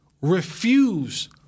refuse